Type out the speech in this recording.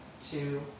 two